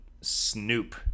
Snoop